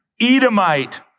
Edomite